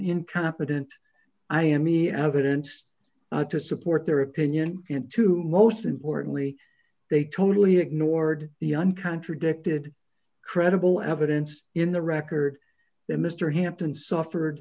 incompetent i am me evidence to support their opinion and to most importantly they totally ignored the un contradicted credible evidence in the record that mr hampton suffered